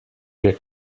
wir